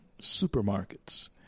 supermarkets